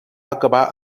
acabar